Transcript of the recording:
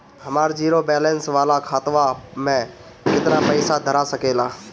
हमार zero balance वाला खतवा म केतना पईसा धरा सकेला?